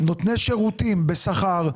נותני שירותים בשכר,